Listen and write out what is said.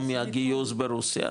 או מהגיוס ברוסיה,